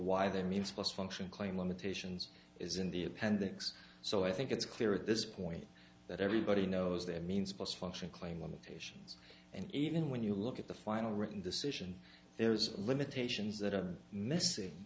why they mean suppose function claim limitations is in the appendix so i think it's clear at this point that everybody knows that means post function claim limitations and even when you look at the final written decision there's limitations that are missing